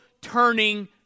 turning